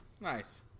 nice